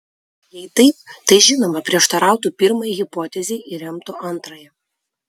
jei taip tai žinoma prieštarautų pirmajai hipotezei ir remtų antrąją